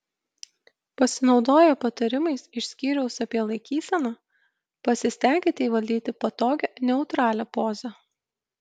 pasinaudoję patarimais iš skyriaus apie laikyseną pasistenkite įvaldyti patogią neutralią pozą